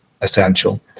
essential